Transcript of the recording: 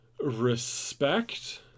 respect